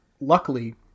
luckily